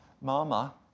Mama